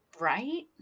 Right